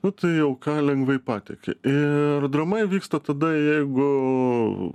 nu tai jau ką lengvai patiki ir drama įvyksta tada jeigu